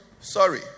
Sorry